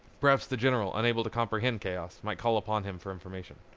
perhaps the general, unable to comprehend chaos, might call upon him for information.